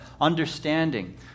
understanding